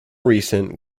recent